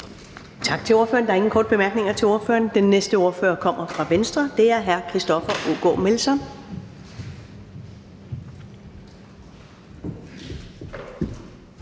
Venstres ordfører. Der er ingen korte bemærkninger til ordføreren. Den næste ordfører kommer fra Dansk Folkeparti, og det er fru Mette